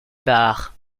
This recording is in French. barres